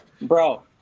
bro